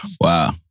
Wow